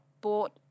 bought